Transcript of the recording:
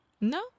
No